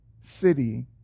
city